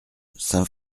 saint